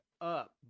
up